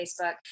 Facebook